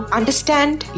understand